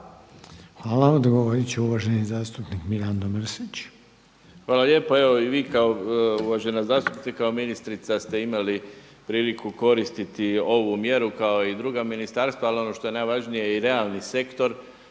Hvala. Odgovorit će uvaženi zastupnik Mirando Mrsić. **Mrsić, Mirando (SDP)** Hvala lijepo. Evo i vi kao, uvažena zastupnice kao ministrica ste imali priliku koristiti ovu mjeru kao i druga ministarstva. Ali ono što je najvažnije i realni sektor